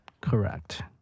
correct